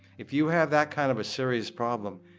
if you have that kind of a serious problem,